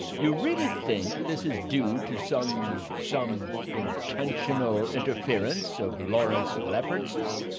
you really think this is due to some some intentional interference of lawrence lefferts's?